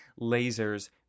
lasers